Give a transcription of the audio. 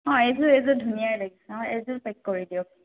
অঁ এইযোৰ এইযোৰ ধুনীয়া লাগিছে অঁ এইযোৰ পেক কৰি দিয়ক